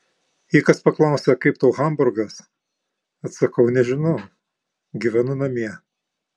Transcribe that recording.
jei kas paklausia kaip tau hamburgas atsakau nežinau gyvenu namie